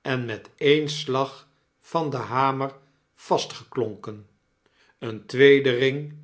en met een slag van den hamer vastgeklonken een tweede ring